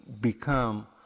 become